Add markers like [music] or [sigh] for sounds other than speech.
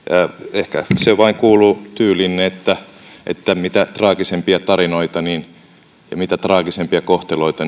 ehkä se vain kuuluu tyyliinne että että mitä traagisempia tarinoita ja mitä traagisempia kohtaloita [unintelligible]